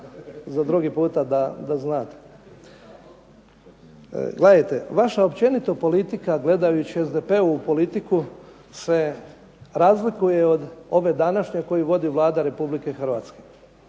za drugi puta da znate. Gledajte, vaša općenito politika gledajući SDP-ovu politiku se razlikuje od ove današnje koju vodi Vlada Republike Hrvatske.